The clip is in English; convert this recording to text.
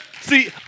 See